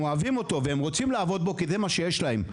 אוהבים ורוצים לעבוד בו כי זה מה שיש להם.